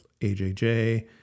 AJJ